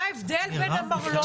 מה ההבדל בין המרלוג לאבו כביר?